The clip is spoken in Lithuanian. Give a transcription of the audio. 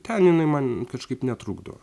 ten jinai man kažkaip netrukdo